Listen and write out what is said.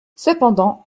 cependant